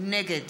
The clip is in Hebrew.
נגד